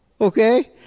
Okay